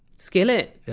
skillet? yeah.